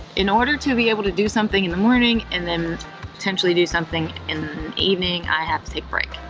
in order to be able to do something in the morning and then potentially do something in the evening, i have to take a break.